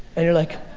and they're like,